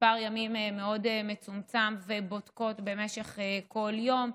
למספר ימים מאוד מצומצם ובודקות כל יום.